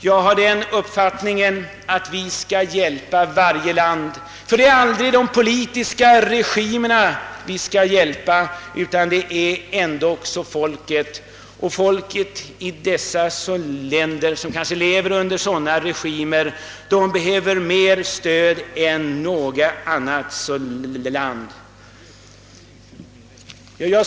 Jag har den uppfattningen att vi skall hjälpa varje land, ty det är aldrig de politiska regimerna vi skall bistå utan folken som sådana. Jag.